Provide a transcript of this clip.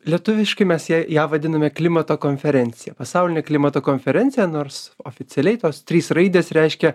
lietuviškai mes ją ją vadiname klimato konferencija pasauline klimato konferencija nors oficialiai tos trys raidės reiškia